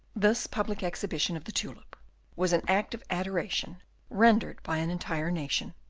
this public exhibition of the tulip was an act of adoration rendered by an entire nation,